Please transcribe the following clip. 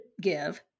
give